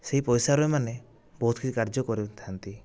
ସେହି ପଇସାରେ ଏମାନେ ବହୁତ କିଛି କାର୍ଯ୍ୟ କରିଥାନ୍ତି